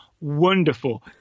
Wonderful